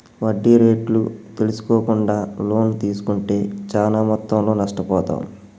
వడ్డీ రేట్లు తెల్సుకోకుండా లోన్లు తీస్కుంటే చానా మొత్తంలో నష్టపోతాం